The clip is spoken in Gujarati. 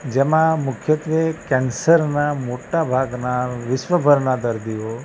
જેમાં મુખ્યત્ત્વે કૅન્સરનાં મોટાભાગનાં વિશ્વભરનાં દર્દીઓ